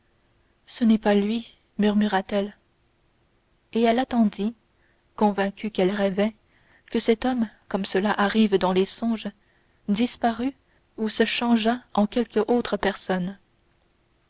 ce n'est pas lui murmura-t-elle et elle attendit convaincue qu'elle rêvait que cet homme comme cela arrive dans les songes disparût ou se changeât en quelque autre personne